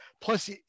Plus